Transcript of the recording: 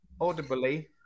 Audibly